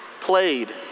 played